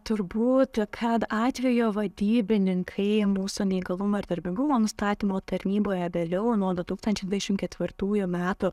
turbūt kad atvejo vadybininkai mūsų neįgalumo ir darbingumo nustatymo tarnyboje vėliau nuo du tūkstančiai dvidešimt ketvirtųjų metų